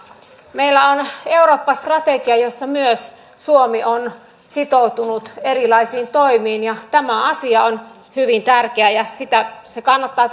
meillä on eurooppa strategia jossa myös suomi on sitoutunut erilaisiin toimiin ja tämä asia on hyvin tärkeä ja se kannattaa